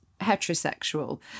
heterosexual